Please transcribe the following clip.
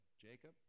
Jacob